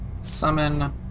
summon